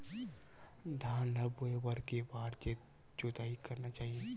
धान ल बोए बर के बार जोताई करना चाही?